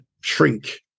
shrink